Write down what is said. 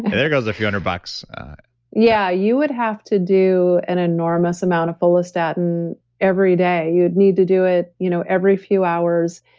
and there goes a few hundred bucks yeah, you would have to do an enormous amount of follistatin every day. you'd need to do it you know every few hours,